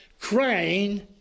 crying